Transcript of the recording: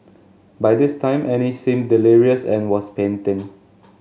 by this time Annie seemed delirious and was panting